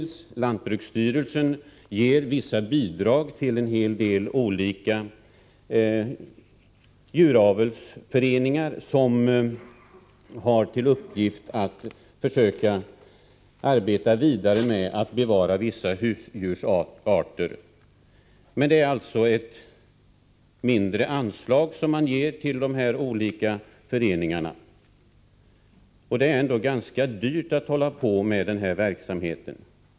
Lantbruksstyrelsen ger vissa bidrag till en hel del djuravelsföreningar som har till uppgift att försöka arbeta vidare med att bevara vissa husdjursarter. Man ger dock bara mindre anslag till dessa olika föreningar. Det är ändå ganska dyrt att hålla på med denna verksamhet.